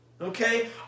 okay